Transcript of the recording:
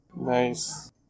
Nice